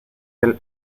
del